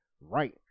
right